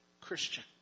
Christian